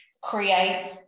create